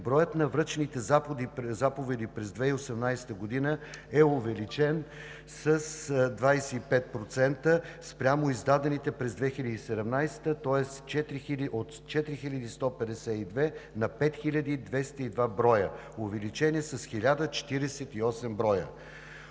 броят на връчените заповеди през 2018 г. е увеличен с 25% спрямо издадените през 2017 г., тоест от 4152 на 5202 броя – увеличение с 1048 броя.